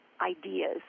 ideas